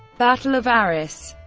battle of arras